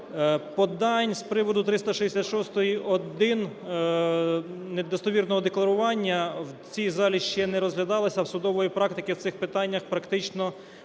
Подань з приводу 366-1, недостовірного декларування, в цій залі ще не розглядалися, судової практики в цих питаннях практично немає.